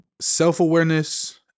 Self-awareness